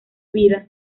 vida